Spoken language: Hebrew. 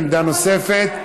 עמדה נוספת.